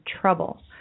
trouble